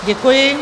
Děkuji.